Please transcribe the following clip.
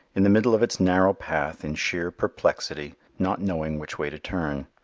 in the middle of its narrow path in sheer perplexity, not knowing which way to turn.